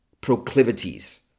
proclivities